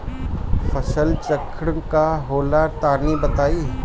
फसल चक्रण का होला तनि बताई?